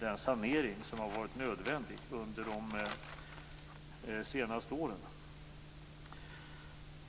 den sanering som har varit nödvändig under de senaste åren.